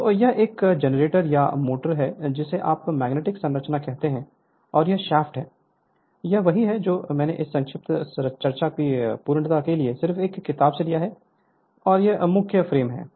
तो यह एक जनरेटर या मोटर है जिसे आप मैग्नेटिक संरचना कहते हैं और यह शाफ्ट है यह है कि मैंने इस संक्षिप्त चर्चा की पूर्णता के लिए सिर्फ एक किताब से लिया है और यह मुख्य फ्रेम है